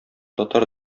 татар